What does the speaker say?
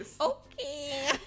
Okay